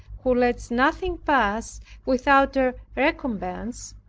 who lets nothing pass without a recompense,